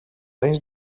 anys